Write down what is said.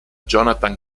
jonathan